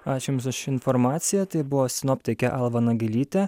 aš jums už informaciją tai buvo sinoptikė alva nagelytė